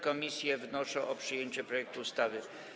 Komisje wnoszą o przyjęcie projektu ustawy.